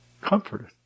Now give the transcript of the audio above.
Comforted